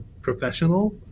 professional